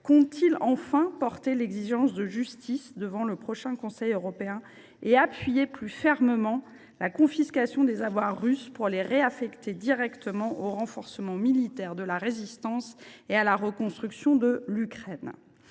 compte t il, enfin, porter cette exigence de justice devant le prochain Conseil européen et soutenir plus fermement la confiscation des avoirs russes et leur réaffectation directe au renforcement militaire de la résistance et à la reconstruction de l’Ukraine ?